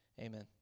Amen